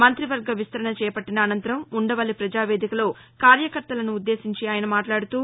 మంతివర్గ విస్తరణ చేపట్టిన అనంతరం ఉండవల్లి ప్రజావేదికలో కార్యకర్తలనుద్దేశించి ఆయన మాట్లాడుతూ